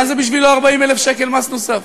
מה זה בשבילו 40,000 שקל מס נוסף?